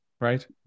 right